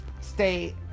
Stay